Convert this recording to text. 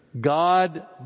God